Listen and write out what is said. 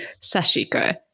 Sashiko